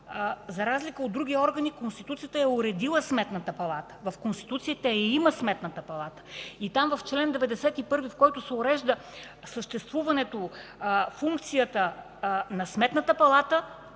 за разлика от други органи, Конституцията е уредила Сметната палата. В Конституцията я има Сметната палата. И в чл. 91, в който се урежда съществуването, функцията на Сметната палата,